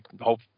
hope